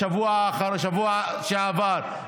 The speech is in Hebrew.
בשבוע שעבר,